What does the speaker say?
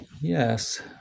Yes